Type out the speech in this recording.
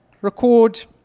record